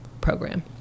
program